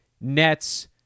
Nets